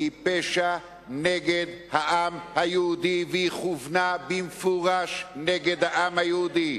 היא פשע נגד העם היהודי והיא כוונה במפורש נגד העם היהודי.